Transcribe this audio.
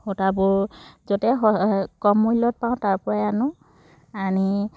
সূতাবোৰ য'তে কম মূল্যত পাওঁ তাৰ পৰাই আনো আনি